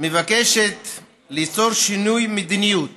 מבקשת ליצור שינוי מדיניות